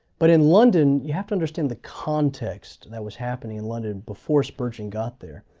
but in london you have to understand the context that was happening in london before spurgeon got there.